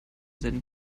seinen